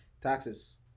taxes